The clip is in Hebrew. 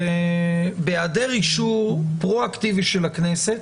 בהיעדר אישור פרו-אקטיבי של הכנסת,